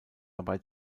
dabei